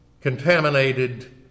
contaminated